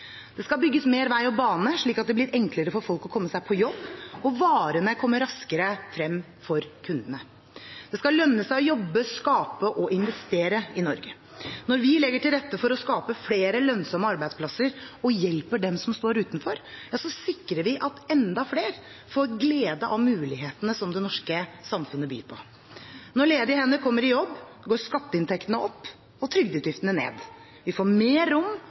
Det skal bygges mer vei og bane, slik at det blir enklere for folk å komme seg på jobb, og slik at varene kommer raskere frem til kundene. Det skal lønne seg å jobbe, skape og investere i Norge. Når vi legger til rette for å skape flere lønnsomme arbeidsplasser og hjelper dem som står utenfor, sikrer vi at enda flere får glede av mulighetene som det norske samfunnet byr på. Når ledige hender kommer i jobb, går skatteinntektene opp og trygdeutgiftene ned. Vi får mer rom